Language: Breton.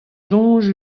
soñj